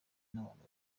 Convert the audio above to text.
n’abantu